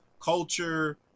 culture